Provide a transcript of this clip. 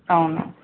అవును